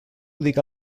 diga